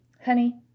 Honey